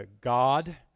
God